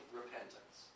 repentance